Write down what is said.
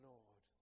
Lord